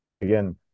again